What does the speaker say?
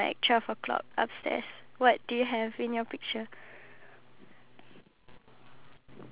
because it's very like it's not sugar but it's it seems like it's high in sugar